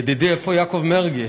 ידידי, איפה יעקב מרגי?